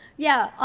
yeah,